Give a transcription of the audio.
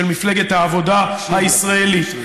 של מפלגת העבודה הישראלית.